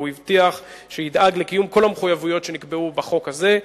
והוא הבטיח שידאג לקיום כל המחויבויות שנקבעו בחוק הזה,